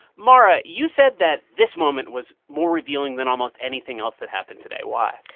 mara, you said that this moment was more revealing than almost anything else that happened today. why?